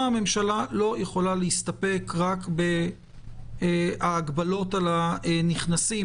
הממשלה לא יכולה להסתפק רק בהגבלות על הנכנסים,